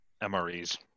MREs